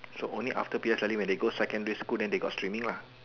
so only after P_S_L_E when they go secondary school then they got streaming lah